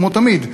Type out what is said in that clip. כמו תמיד,